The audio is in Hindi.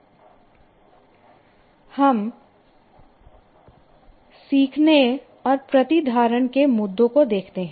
अब हम सीखने और प्रतिधारण के मुद्दों को देखते हैं